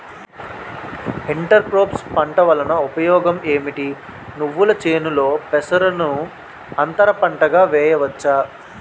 Inter crops పంట వలన ఉపయోగం ఏమిటి? నువ్వుల చేనులో పెసరను అంతర పంటగా వేయవచ్చా?